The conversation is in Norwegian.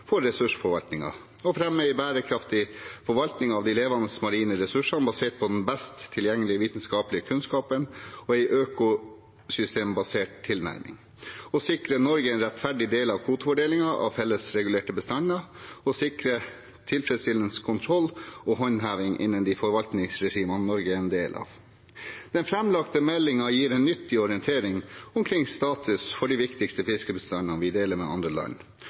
for ressursforvaltningen: å fremme en bærekraftig forvaltning av de levende marine ressursene basert på den best tilgjengelige vitenskapelige kunnskapen og en økosystembasert tilnærming å sikre Norge en rettferdig del av kvotefordelingen av felles regulerte bestander å sikre tilfredsstillende kontroll og håndheving innen de forvaltningsregimene Norge er en del av Den framlagte meldingen gir en nyttig orientering omkring status for de viktigste fiskebestandene vi deler med andre land,